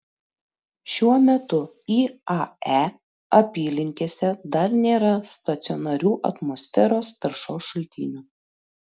šiuo metu iae apylinkėse dar nėra stacionarių atmosferos taršos šaltinių